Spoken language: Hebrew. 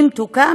אם תוקם